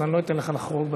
אז אני לא אתן לך לחרוג הרבה.